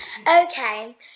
Okay